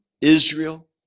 Israel